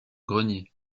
grenier